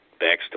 backstory